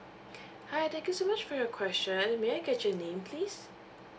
hi thank you so much for your question may I get your name please